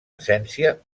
essència